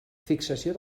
fixació